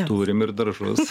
turim ir daržus